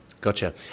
Gotcha